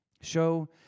Show